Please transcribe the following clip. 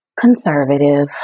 Conservative